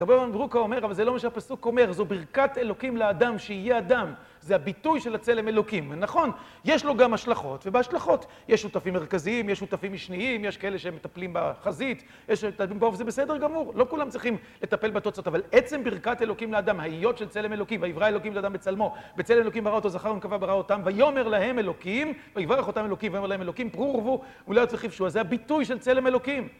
ר' יוחנן בן ברוקה אומר, אבל זה לא מה שהפסוק אומר, זו ברכת אלוקים לאדם, שיהיה אדם. זה הביטוי של הצלם אלוקים. נכון, יש לו גם השלכות, ובהשלכות יש שותפים מרכזיים, יש שותפים משניים, יש כאלה שמטפלים בחזית, וזה בסדר גמור. לא כולם צריכים לטפל בתוצאות, אבל עצם ברכת אלוקים לאדם, ההיות של צלם אלוקים, ויברא אלוקים את האדם בצלמו, בצלם אלוקים ברא אותו, זכר ונקבה ברא אותם, ויאמר להם אלוקים, ויברך אותם אלוקים, ויאמר להם אלוקים פרו ורבו ומילאו את הארץ וכבשוה. זה הביטוי של צלם אלוקים.